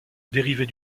dérivée